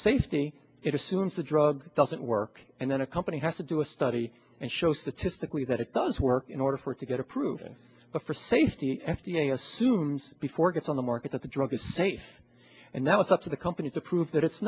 safety it assumes the drug doesn't work and then a company has to do a study and show statistically that it does work in order for it to get approval for safety f d a assumes before gets on the market that the drug is safe and now it's up to the company to prove that it's